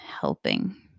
helping